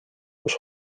kus